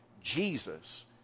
Jesus